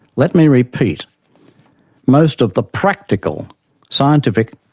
let me repeat most of the practical scientific,